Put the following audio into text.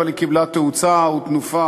אבל היא קיבלה תאוצה ותנופה